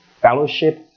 fellowship